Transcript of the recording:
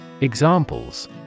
Examples